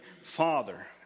father